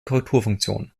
korrekturfunktion